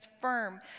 firm